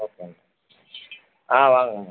okay ma'am ஆ வாங்க ma'am